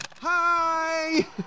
Hi